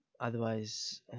otherwise